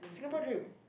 Singapore dream